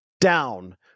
down